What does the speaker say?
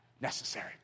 necessary